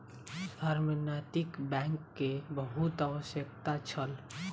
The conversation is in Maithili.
शहर में नैतिक बैंक के बहुत आवश्यकता छल